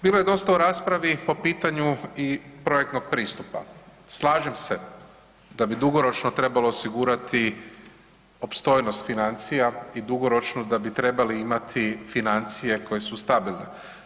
Bilo je dosta u raspravi po pitanju i projektnog pristupa, slažem se da bi dugoročno trebalo osigurati opstojnost financija i dugoročno da bi trebali imati financije koje su stabilne.